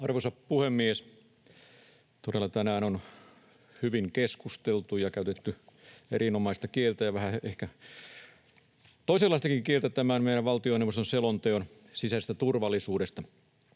Arvoisa puhemies! Tänään on hyvin keskusteltu ja käytetty erinomaista kieltä ja vähän ehkä toisenlaistakin kieltä tästä meidän valtioneuvoston sisäisen turvallisuuden